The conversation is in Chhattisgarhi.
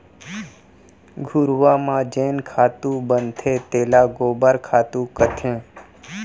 घुरूवा म जेन खातू बनथे तेला गोबर खातू कथें